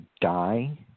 die